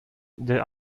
der